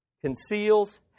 conceals